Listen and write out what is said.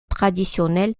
traditionnel